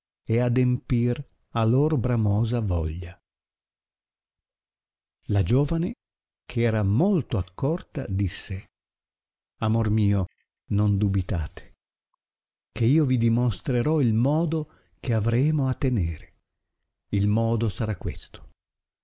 e adempir la lor bramosa voglia la giovane che era molto accorta disse amor mio non dubitate che io vi dimostrerò il modo che avremo a tenere il modo sarà questo